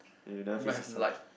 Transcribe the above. eh never face the sun